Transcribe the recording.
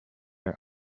are